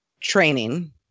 training